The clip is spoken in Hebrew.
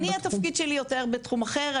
אני התפקיד שלי יותר בתחום אחר,